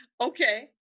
Okay